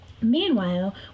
Meanwhile